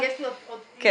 אם